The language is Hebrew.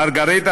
מרגריטה,